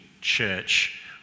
Church